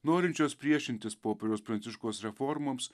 norinčios priešintis popiežiaus pranciškaus reformoms